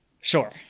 sure